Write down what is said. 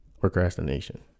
procrastination